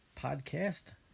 podcast